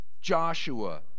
Joshua